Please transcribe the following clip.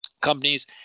companies